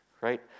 right